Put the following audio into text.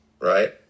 right